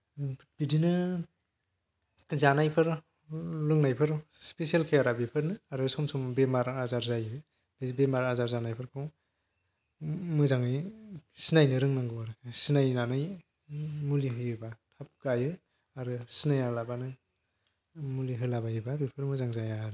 बिदिनो जानायफोर लोंनायफोर स्पिसियेल केयारा बेफोरनो आरो सम सम बेमार आजार जायो बे बेमार आजार जानायफोरखौ मोजाङै सिनायनो रोंनांगौ आरो सिनायनानै मुलि होयोबा थाब गायो आरो सिनायालाबानो मुलि होलाबायोबा बेफोर मोजां जाया आरो